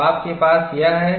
तो आपके पास यह है